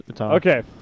Okay